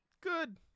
good